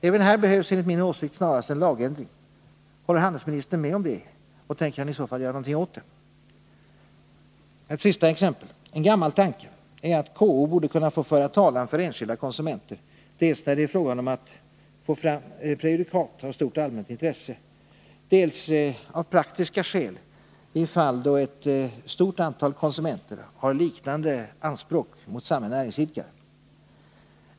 Även här behövs enligt min åsikt en lagändring snarast. Håller handelsministern med om det, och tänker han i så fall göra någonting åt det? Ett sista exempel. En gammal tanke är att KO borde få föra talan för enskilda konsumenter dels när det är fråga om att få fram prejudikat av allmänt intresse, dels av praktiska skäl i fall då ett stort antal konsumenter har liknande anspråk mot samma näringsidkare.